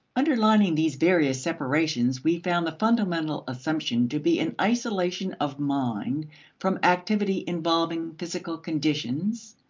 underlying these various separations we found the fundamental assumption to be an isolation of mind from activity involving physical conditions,